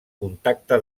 contacte